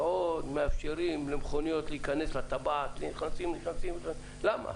ועוד מאפשרים למכוניות להכנס לטבעת, למה?